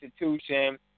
institution